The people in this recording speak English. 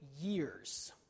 years